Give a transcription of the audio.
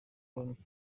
umukinnyi